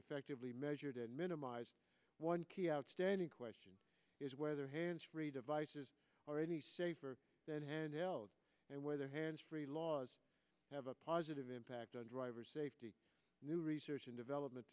effectively measured and minimize one key outstanding question is whether hands free devices already that handheld and whether hands free laws have a positive impact on driver safety new research and development